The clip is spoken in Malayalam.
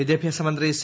വിദ്യാഭ്യാസമന്ത്രി സി